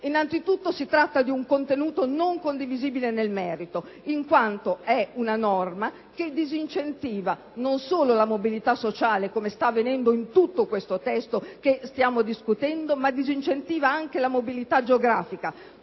Innanzitutto, si tratta di un contenuto non condivisibile nel merito, in quanto è una norma che disincentiva non solo la mobilità sociale, come si registra in tutto il testo che stiamo discutendo, ma anche la mobilità geografica,